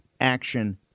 action